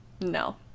No